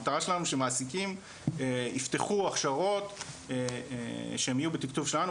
המטרה שלנו שמעסיקים יפתחו הכשרות שהם יהיו בתקצוב שלנו,